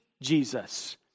Jesus